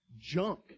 junk